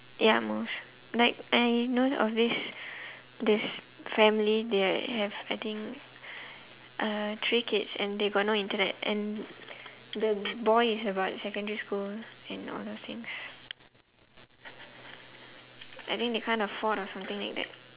yeah like I know of this this family they have I think uh three kids and they got no internet and the boy is about secondary school and all those things I think they can't afford or something like that